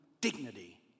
dignity